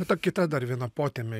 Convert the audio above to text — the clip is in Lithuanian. ta kita dar viena potemė